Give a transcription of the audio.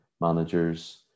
managers